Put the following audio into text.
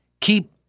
keep